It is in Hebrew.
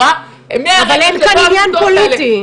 אבל אין כאן עניין פוליטי.